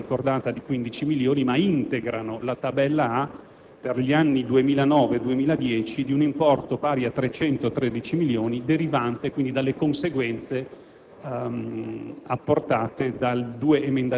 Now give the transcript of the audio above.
A riguardano non solo la voce ora ricordata di 15 milioni, ma integrano la Tabella A per gli anni 2009-2010 di un importo pari a 313 milioni per anno, derivante dalle conseguenze